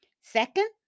Second